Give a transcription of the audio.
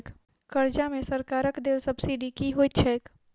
कर्जा मे सरकारक देल सब्सिडी की होइत छैक?